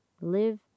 live